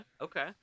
okay